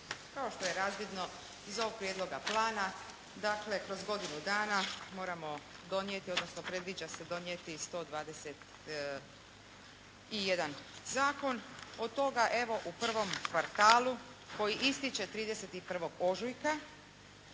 Kao što je razvidno iz ovog prijedloga plana dakle kroz godinu dana moramo donijeti odnosno predviđa se donijeti 121 zakon. Od toga evo u prvom kvartalu koji ističe 31. ožujka